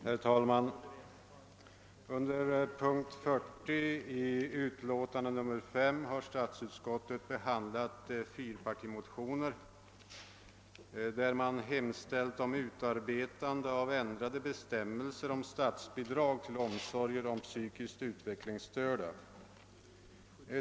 Herr talman! Under punkten 40 i utlåtande nr 5 har statsutskottet behandlat fyrpartimotioner vari hemställts om utarbetande av ändrade bestämmelser om statsbidrag till omsorger om psykiskt utvecklingsstörda.